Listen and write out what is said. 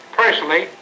Personally